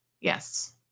Yes